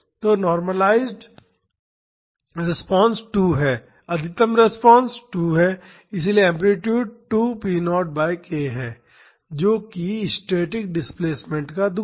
तो normalized response 2 है अधिकतम रिस्पांस 2 है इसलिए एम्पलीटूड 2 p0 बाई k है जो कि स्टैटिक डिस्प्लेसमेंट का दोगुना है